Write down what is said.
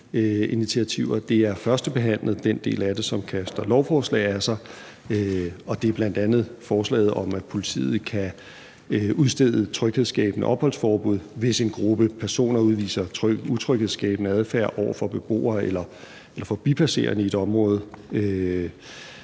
initiativer. Den del af det, som kaster lovforslag af sig, er førstebehandlet, og det er bl.a. forslaget om, at politiet kan udstede tryghedsskabende opholdsforbud, hvis en gruppe personer udviser utryghedsskabende adfærd over for beboere eller forbipasserende i et område.